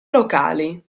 locali